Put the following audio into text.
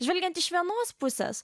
žvelgiant iš vienos pusės